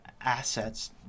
assets